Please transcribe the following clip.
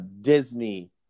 disney